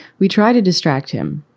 we try to distract him,